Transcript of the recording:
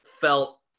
felt